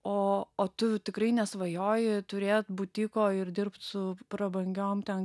o o tu tikrai nesvajoja turėt butiko ir dirbt su prabangiom ten